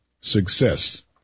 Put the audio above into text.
success